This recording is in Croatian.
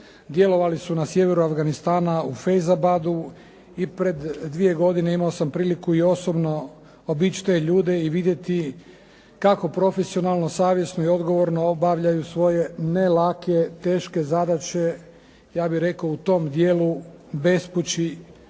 djelovali su na sjeveru Afganistana u Feizabadu i pred dvije godine imao sam priliku i osobno obići te ljude i vidjeti kako profesionalno, savjesno i odgovorno obavljaju svoje ne lake, teške zadaće, ja bih rekao u tom dijelu bespući